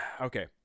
Okay